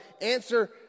Answer